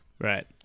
Right